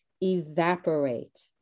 evaporate